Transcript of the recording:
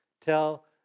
tell